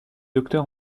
docteur